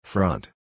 Front